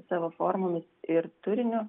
savo formomis ir turiniu